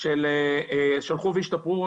שהלכו והשתפרו,